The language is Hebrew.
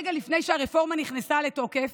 רגע לפני שהרפורמה נכנסה לתוקף,